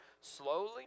slowly